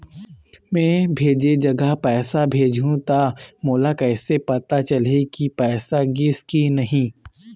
मैं भेजे जगह पैसा भेजहूं त मोला कैसे पता चलही की पैसा गिस कि नहीं?